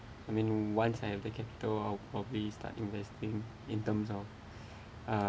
I mean once I have the capital I'll probably start investing in terms of